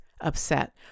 upset